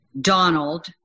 donald